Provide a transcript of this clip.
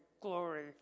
glory